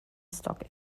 stock